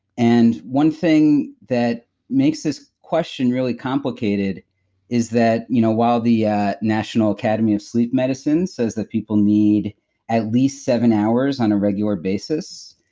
and one thing that makes this question really complicated is that you know while the yeah national academy of sleep medicine says that people need at least seven hours on a regular basis,